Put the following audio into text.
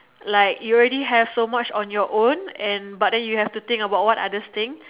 like you already have so much on your own and but then you have to think about what other things